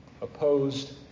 opposed